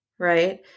right